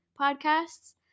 podcasts